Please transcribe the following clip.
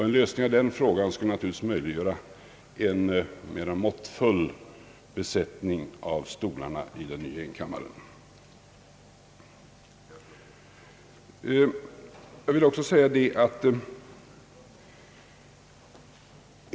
En lösning av den frågan skulle naturligtvis möjliggöra en mera måttfull lösning av frågan om antalet stolar i den nya enkammarriksdagen.